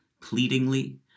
pleadingly